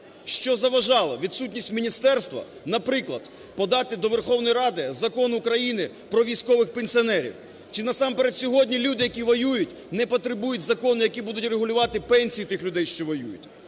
Що заважало, відсутність міністерства, наприклад, подати до Верховної Ради Закон України про військових пенсіонерів? Чи насамперед сьогодні люди, які воюють, не потребують законів, які будуть регулювати пенсії тих людей, що воюють?